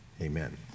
amen